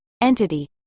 entity